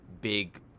big